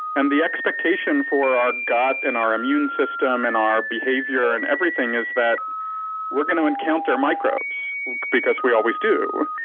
and the expectation for our gut and our immune system and our behavior and everything is that we're gonna encounter microbes because we always do.